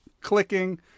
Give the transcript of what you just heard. clicking